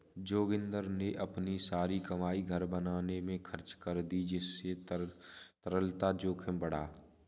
जोगिंदर ने अपनी सारी कमाई घर बनाने में खर्च कर दी जिससे तरलता जोखिम बढ़ा